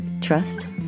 trust